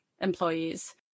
employees